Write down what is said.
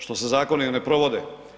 Što se zakoni ne provode.